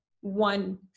one